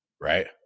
right